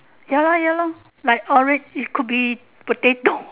ya lah ya lor like orange it could be potato